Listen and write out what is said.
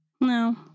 No